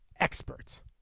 experts